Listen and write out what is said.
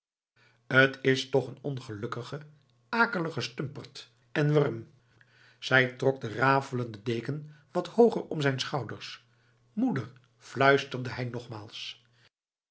t is toch een ongelukkige akelige stumperd en wurm zij trok de rafelende deken wat hooger om zijn schouders moeder fluisterde hij nogmaals